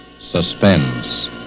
Suspense